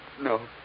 No